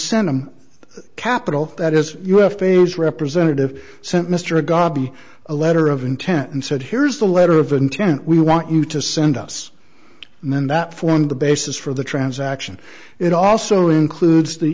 him the capital that is you have phase representative sent mr gabi a letter of intent and said here's the letter of intent we want you to send us and then that formed the basis for the transaction it also includes the